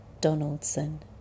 Donaldson